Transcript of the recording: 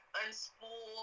unspool